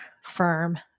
firm